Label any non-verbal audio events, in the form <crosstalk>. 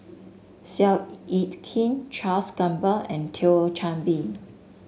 Seow <unintelligible> Yit Kin Charles Gamba and Thio Chan Bee